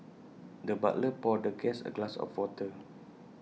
the butler poured the guest A glass of water